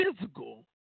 physical